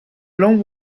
long